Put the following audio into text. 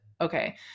okay